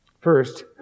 First